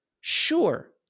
sure